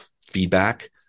feedback